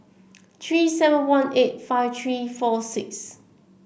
three seven one eight five three four six